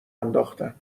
انداختن